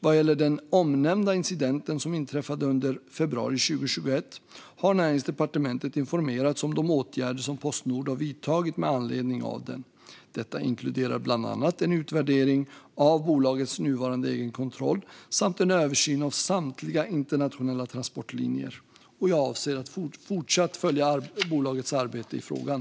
Vad gäller den omnämnda incidenten som inträffade under februari 2021 har Näringsdepartementet informerats om de åtgärder som Postnord har vidtagit med anledning av den. Detta inkluderar bland annat en utvärdering av bolagets nuvarande egenkontroll samt en översyn av samtliga internationella transportlinjer. Jag avser att fortsatt följa bolagets arbete i frågan.